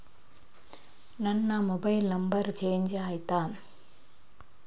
ನನ್ನ mobile number change ಆಯ್ತಾ?